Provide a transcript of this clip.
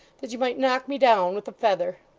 that you might knock me down with a feather